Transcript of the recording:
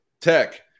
Tech